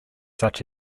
such